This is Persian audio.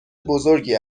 بزرگی